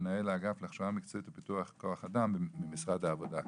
מנהל האגף להכשרה מקצועית ופיתוח כוח אדם במשרד העבודה.